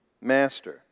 master